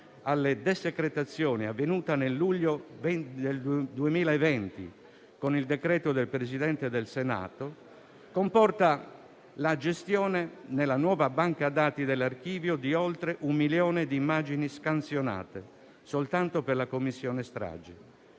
alle desecretazioni, avvenuta nel luglio del 2020 con il decreto del presidente del Senato, comporta la gestione, nella nuova banca dati dell'Archivio, di oltre un milione di immagini scansionate soltanto per la Commissione stragi.